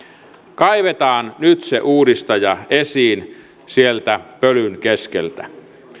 kaivetaan nyt se uudistaja esiin sieltä pölyn keskeltä